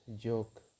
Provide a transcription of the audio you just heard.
joke